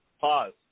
Pause